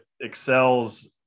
excels